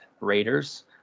Raiders